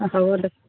অ হ'ব দে